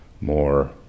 more